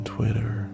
Twitter